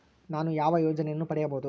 ನಾನು ಯಾವ ಯೋಜನೆಯನ್ನು ಪಡೆಯಬಹುದು?